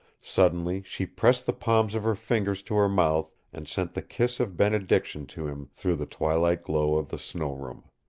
suddenly she pressed the palms of her fingers to her mouth and sent the kiss of benediction to him through the twilight glow of the snow-room.